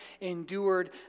endured